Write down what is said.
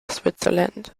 switzerland